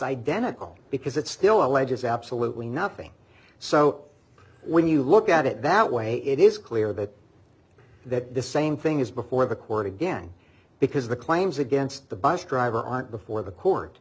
identical because it still alleges absolutely nothing so when you look at it that way it is clear that that the same thing is before the court again because the claims against the bus driver aren't before the court